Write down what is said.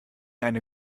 eine